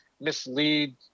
mislead